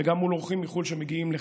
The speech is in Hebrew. וגם מול אורחים מחו"ל שמגיעים לכאן: